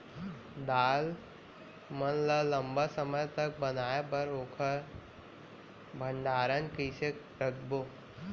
दाल मन ल लम्बा समय तक बनाये बर ओखर भण्डारण कइसे रखबो?